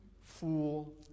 fool